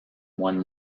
one